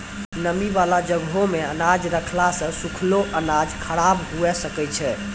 नमी बाला जगहो मे अनाज रखला से सुखलो अनाज खराब हुए सकै छै